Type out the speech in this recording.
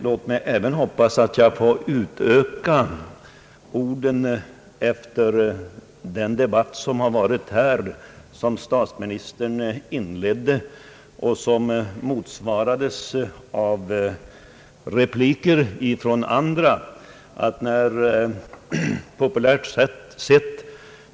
Låt mig även hoppas att jag får göra ett litet tillägg till de orden efter den debatt som ägt rum här och som statsministern inledde, följd av repliker från andra talare.